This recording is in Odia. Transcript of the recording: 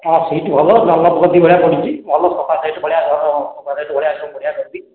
ହଁ ସିଟ୍ ଭଲ ଡନ୍ଲପ୍ ଗଦି ଭଳିଆ ପଡ଼ିଛି ଭଲ ସୋଫା ସେଟ୍ ଭଳିଆ ଘରର ସୋଫା ସେଟ୍ ଭଳିଆ ଏ ସବୁ ବଢ଼ିଆ ପଡ଼ିଛି